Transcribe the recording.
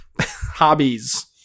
hobbies